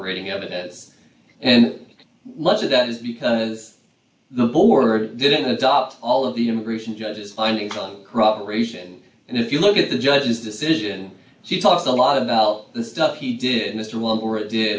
rating evidence and much of that is because the border didn't adopt all of the immigration judges finding corroboration and if you look at the judge's decision she talks a lot about the stuff he did